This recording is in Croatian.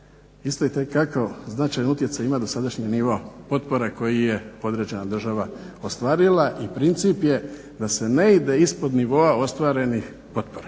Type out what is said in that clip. isto itekakav značajan utjecaj ima dosadašnji nivo potpora koji je određena država ostvarila i princip je da se ne ide ispod nivoa ostvarenih potpora.